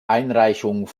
einreichung